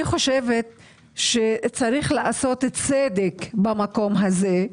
אני חושבת שצריך לעשות צדק במקום הזה.